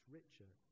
richer